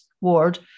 ward